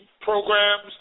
programs